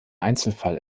einzelfall